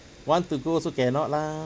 want to go also cannot lah